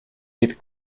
with